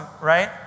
right